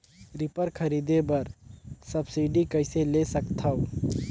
Reaper खरीदे बर subsidy कइसे ले सकथव?